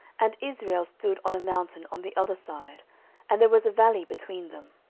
and israel stood on a mountain on the other side and there was a valley between them.